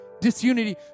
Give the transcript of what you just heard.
disunity